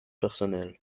personnel